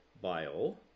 bio